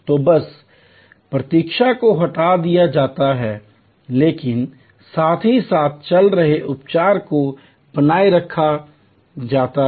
तो बस प्रतीक्षा को हटा दिया जाता है लेकिन साथ ही साथ चल रहे उपचार को बनाए रखा जाता है